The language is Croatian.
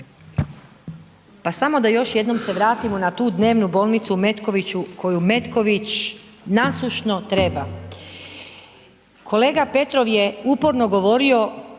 Pa samo da još jednom se vratimo na tu dnevnu bolnicu u Metkoviću koju Metković nasušno treba. Kolega Petrov je uporno govorio